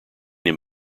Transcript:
him